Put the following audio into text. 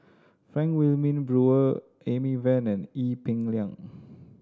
Frank Wilmin Brewer Amy Van and Ee Peng Liang